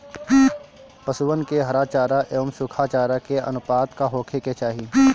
पशुअन के हरा चरा एंव सुखा चारा के अनुपात का होखे के चाही?